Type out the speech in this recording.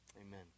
Amen